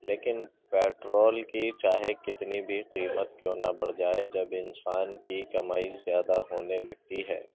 لیکن پیٹرول کی چاہے کتنی بھی قیمت کیوں نہ بڑھ جائے جب انسان کی کمائی زیادہ ہونے لگتی ہے